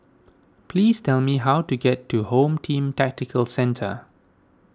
please tell me how to get to Home Team Tactical Centre